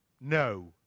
No